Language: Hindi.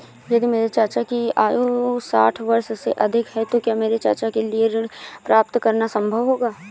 यदि मेरे चाचा की आयु साठ वर्ष से अधिक है तो क्या मेरे चाचा के लिए ऋण प्राप्त करना संभव होगा?